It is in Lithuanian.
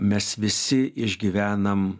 mes visi išgyvenam